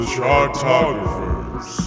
Chartographers